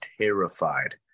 terrified